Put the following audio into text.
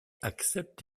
accepte